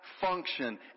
function